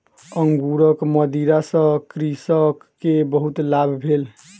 अंगूरक मदिरा सॅ कृषक के बहुत लाभ भेल